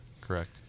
correct